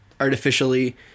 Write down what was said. artificially